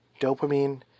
dopamine